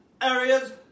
areas